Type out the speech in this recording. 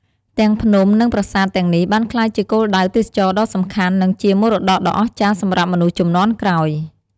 ទាំងភ្នំ និងប្រាសាទទាំងនេះបានក្លាយជាគោលដៅទេសចរណ៍ដ៏សំខាន់ និងជាមរតកដ៏អស្ចារ្យសម្រាប់មនុស្សជំនាន់ក្រោយ។